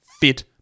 fit